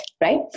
right